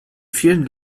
vielen